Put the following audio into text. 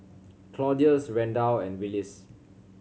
Claudius Randal and Willis